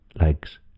legs